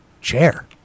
Chair